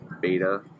beta